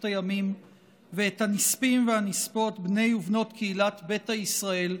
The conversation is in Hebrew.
הימים ואת הנספים והנספות בני ובנות קהילת ביתא ישראל,